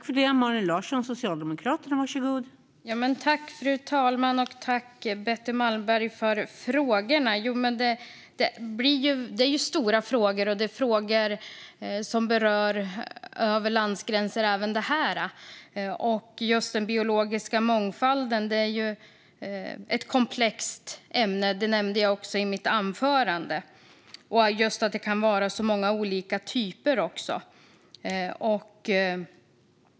Fru talman! Jag tackar Betty Malmberg för frågorna. Det här är stora frågor som rör sig över landsgränser, även den här. Den biologiska mångfalden är ett komplext ämne, som jag också nämnde i mitt anförande, och just att det kan vara så många olika typer.